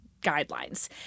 guidelines